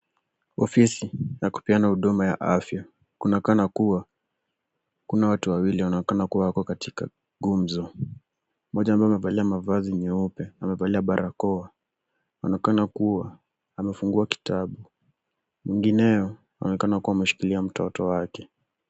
Ofisi ya kupeana huduma ya afya. Kunaonekana kuwa kuna watu wawili wanaoonekana kuwa wako katika gumzo. Mmoja ambaye amevalia mavazi nyeupe amevalia barakoa. Anaonekana kuwa amefungua kitabu, mwingineyo ameonekana kuwa ameshikilia mtoto wake.